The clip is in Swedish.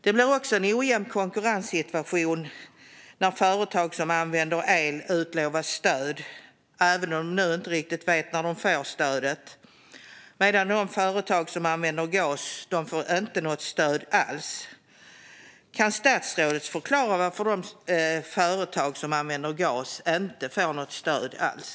Det blir också en ojämn konkurrenssituation när företag som använder el utlovas stöd, även om de nu inte riktigt vet när de får stödet, medan företag som använder gas inte får något stöd alls. Kan statsrådet förklara varför de företag som använder gas inte får något stöd alls?